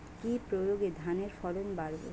কি প্রয়গে ধানের ফলন বাড়বে?